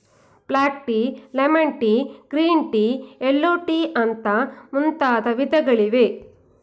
block tea, lemon tea, green tea, yellow tea ಅಂತ ಮುಂತಾದ ವಿಧಗಳಿವೆ